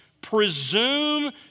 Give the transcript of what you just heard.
presume